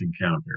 encounter